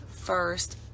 first